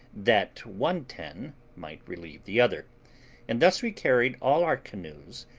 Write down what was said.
that one ten might relieve the other and thus we carried all our canoes,